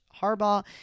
Harbaugh